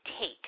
take